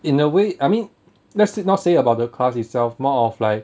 in a way I mean let's not say about the class itself more of like